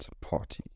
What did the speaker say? party